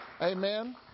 Amen